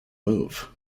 move